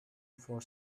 for